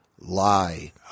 lie